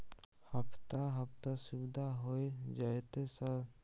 हफ्ता हफ्ता सुविधा होय जयते सर?